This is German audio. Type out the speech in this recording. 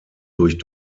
durch